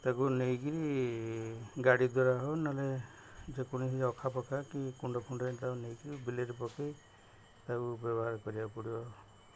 ତାକୁ ନେଇ କରି ଗାଡ଼ି ଦ୍ୱାରା ହଉ ନହେଲେ ଯେକୌଣସି ଅଖା ପଖା କି କୁଣ୍ଡ ଫୁଣ୍ଡ ତାକୁ ନେଇ କରି ବିଲରେ ପକାଇ ତାକୁ ବ୍ୟବହାର କରିବାକୁ ପଡ଼ିବ